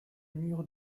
murs